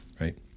right